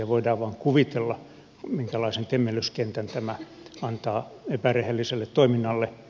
ja voidaan vain kuvitella minkälaisen temmellyskentän tämä antaa epärehelliselle toiminnalle